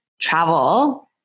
travel